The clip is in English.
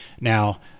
Now